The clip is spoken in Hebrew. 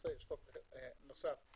- זה היו הפרמטרים המקרו כלכליים